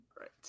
Right